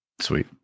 sweet